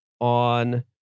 on